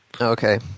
Okay